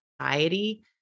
society